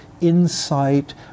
insight